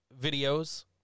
videos